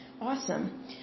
Awesome